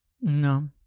no